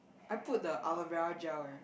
I put the aloe vera gel leh